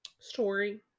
story